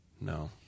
No